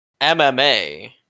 mma